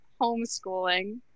homeschooling